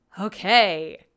Okay